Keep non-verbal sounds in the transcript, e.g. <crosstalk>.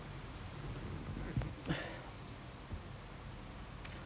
<breath>